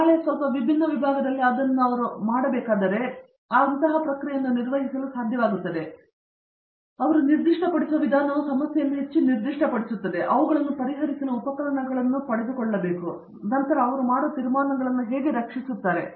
ನಾಳೆ ಸ್ವಲ್ಪ ವಿಭಿನ್ನ ವಿಭಾಗದಲ್ಲಿ ಅದನ್ನು ಮಾಡಬೇಕಾದರೆ ಅವರು ಈ ಪ್ರಕ್ರಿಯೆಯನ್ನು ನಿರ್ವಹಿಸಲು ಸಾಧ್ಯವಾಗುತ್ತದೆ ಅವರು ನಿರ್ದಿಷ್ಟಪಡಿಸುವ ವಿಧಾನವು ಸಮಸ್ಯೆಯನ್ನು ಹೆಚ್ಚು ನಿರ್ದಿಷ್ಟಪಡಿಸುತ್ತದೆ ಹೇಗೆ ಅವುಗಳನ್ನು ಪರಿಹರಿಸಲು ಉಪಕರಣಗಳನ್ನು ಪಡೆದುಕೊಂಡಿವೆ ಮತ್ತು ನಂತರ ಅವರು ಮಾಡುವ ತೀರ್ಮಾನಗಳನ್ನು ಹೇಗೆ ರಕ್ಷಿಸುತ್ತಾರೆ